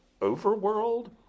overworld